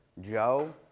Joe